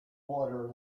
water